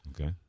Okay